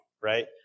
right